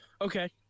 Okay